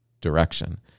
direction